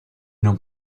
non